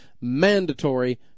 mandatory